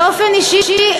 אותי באופן אישי,